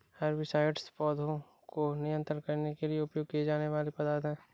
herbicides पौधों को नियंत्रित करने के लिए उपयोग किए जाने वाले पदार्थ हैं